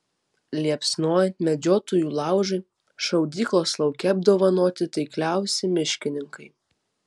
liepsnojant medžiotojų laužui šaudyklos lauke apdovanoti taikliausi miškininkai